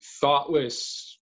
thoughtless